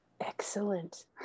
excellent